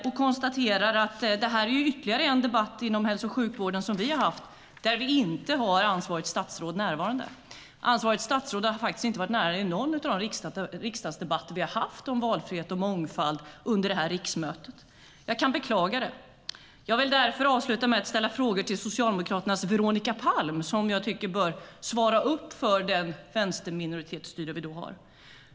Och jag konstaterar att detta är ytterligare en debatt om hälso och sjukvården där ansvarigt statsråd inte har varit närvarande. Ansvarigt statsråd har faktiskt inte deltagit i någon av riksdagsdebatterna om valfrihet och mångfald under riksmötet. Jag beklagar det. Jag vill därför avsluta mitt anförande med att ställa frågor till Socialdemokraternas Veronica Palm, som jag tycker bör svara för det vänsterminoritetsstyre som finns.